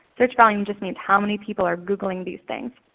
search volume just means how many people are googling these things.